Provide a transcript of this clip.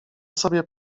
sobie